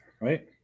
right